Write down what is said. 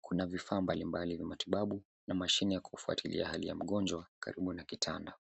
Kuna vifaa mbalimbali ya matibabu na mashine ya kufuatilia hali ya ya mgonjwa karibu na kitanda.